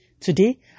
Today